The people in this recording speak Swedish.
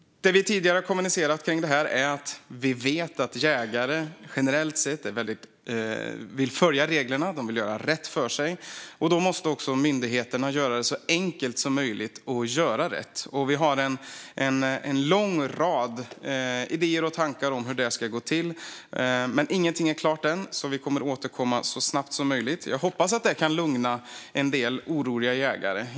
Det vi tidigare har kommunicerat kring detta är att vi vet att jägare generellt sett vill följa reglerna. De vill göra rätt för sig, och då måste också myndigheterna göra det så enkelt som möjligt att göra rätt. Vi har en lång rad idéer och tankar om hur det ska gå till, men ingenting är klart än, utan vi kommer att återkomma så snabbt som möjligt. Jag hoppas att det kan lugna en del oroliga jägare.